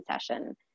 session